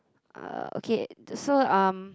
uh okay so um